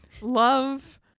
love